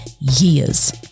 years